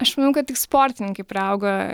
aš manau kad tik sportininkai priauga